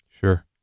Sure